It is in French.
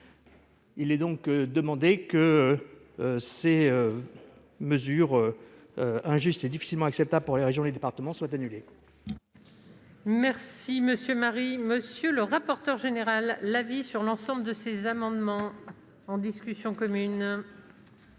demandons donc que ces mesures injustes et difficilement acceptables pour les régions et les départements soient annulées.